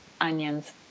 onions